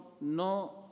no